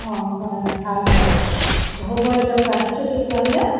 অ ভাল বাৰু হ'ব দিয়ক ৰাখিছোঁ তেতিয়াহ'লে